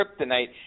kryptonite